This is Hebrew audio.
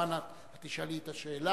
כמובן את תשאלי את השאלה,